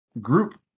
group